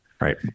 Right